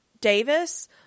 Davis